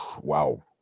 wow